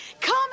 come